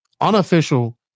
unofficial